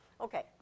Okay